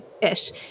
ish